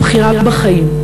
הבחירה בחיים.